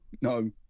No